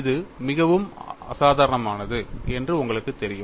இது மிகவும் அசாதாரணமானது என்று உங்களுக்குத் தெரியும்